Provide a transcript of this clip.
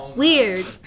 weird